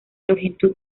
longitud